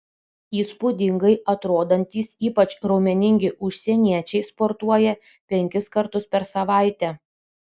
įspūdingai atrodantys ypač raumeningi užsieniečiai sportuoja penkis kartus per savaitę